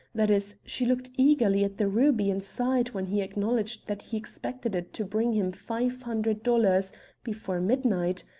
that is, she looked eagerly at the ruby and sighed when he acknowledged that he expected it to bring him five hundred dollars before midnight.